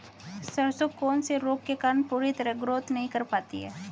सरसों कौन से रोग के कारण पूरी तरह ग्रोथ नहीं कर पाती है?